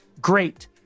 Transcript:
great